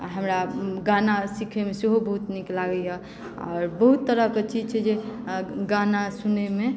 हमरा गाना सीखयमे सेहो बहुत नीक लागैए आओर बहुत तरहके चीज छै जे गाना सुनयमे